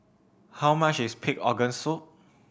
how much is pig organ soup